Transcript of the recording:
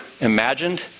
imagined